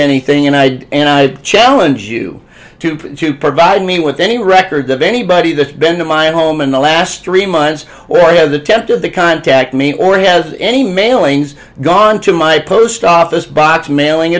anything and i did and i challenge you to prove to provide me with any record of anybody that's been to my home in the last three months or have attempted to contact me or has any mailings gone to my post office box mailing